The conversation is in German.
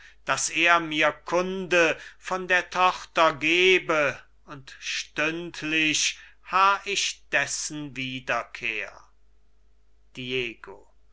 daß er mir kunde von der tochter gebe und stündlich harr ich dessen wiederkehr